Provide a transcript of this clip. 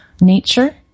Nature